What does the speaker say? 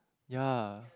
ya